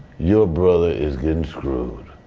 your brother is getting screwed.